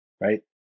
Right